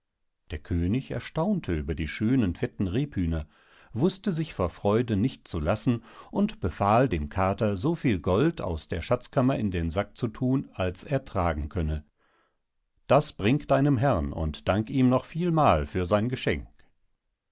der könig erstaunte über die schönen fetten rebhühner wußte sich vor freude nicht zu lassen und befahl dem kater so viel gold aus der schatzkammer in den sack zu thun als er tragen könne das bring deinem herrn und dank ihm noch vielmal für sein geschenk